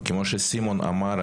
וכמו שסימון אמר,